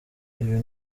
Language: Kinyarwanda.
ibi